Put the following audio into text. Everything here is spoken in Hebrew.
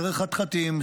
דרך חתחתים,